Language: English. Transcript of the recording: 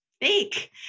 fake